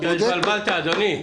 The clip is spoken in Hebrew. אתה התבלבלת, אדוני.